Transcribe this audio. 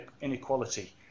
inequality